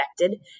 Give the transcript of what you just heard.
affected